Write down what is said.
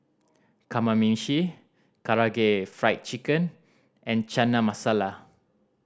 Kamameshi Karaage Fried Chicken and Chana Masala